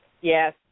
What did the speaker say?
Yes